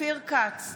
אופיר כץ,